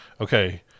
okay